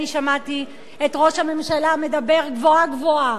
אני שמעתי את ראש הממשלה מדבר גבוהה-גבוהה,